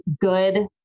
good